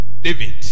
David